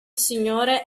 signore